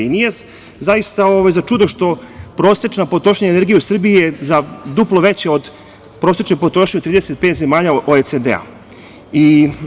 Nije zaista za čuđenje što prosečna potrošnja energije u Srbiji je duplo veća od prosečne potrošnje u 35 zemalja OECD-a.